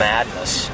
Madness